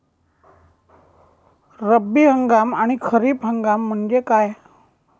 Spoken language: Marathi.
रब्बी हंगाम आणि खरीप हंगाम म्हणजे काय?